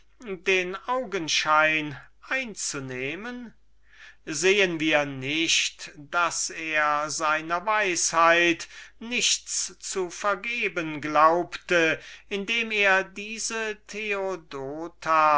den augenschein einzunehmen sehen wir nicht daß er seiner weisheit nichts zu vergeben glaubt indem er diese theodota